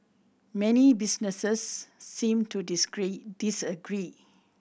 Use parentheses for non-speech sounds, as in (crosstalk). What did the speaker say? many businesses seem to (unintelligible) disagree